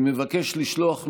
אני מבקש לשלוח מכאן,